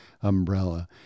umbrella